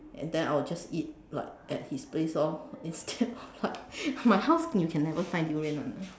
and then I will just eat like at his place lor instead of what my house you can never find durian [one] ah